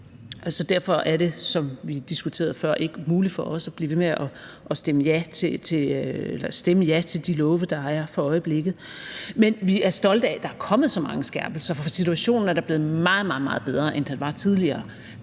Derfor er det, som vi diskuterede før, ikke muligt for os at blive ved med at stemme ja til de lovforslag, der er for øjeblikket. Men vi er stolte af, at der er kommet så mange skærpelser, for situationen er da blevet meget, meget bedre, end den var tidligere.